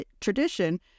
tradition